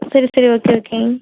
சரி சரி okay okay